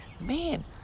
man